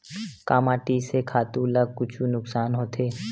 का माटी से खातु ला कुछु नुकसान होथे?